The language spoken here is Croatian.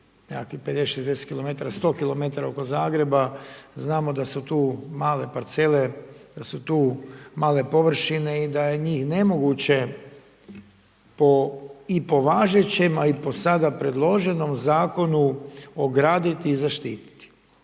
nekakvih 50-60 kilometara, 100 kilometara oko Zagreba, znamo da su tu male parcele, da su tu male površine i da je njih nemoguće, i po važećem, a i po sada predloženom Zakonu ograditi i zaštiti.